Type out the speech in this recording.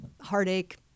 heartache